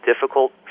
difficult